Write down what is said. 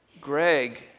Greg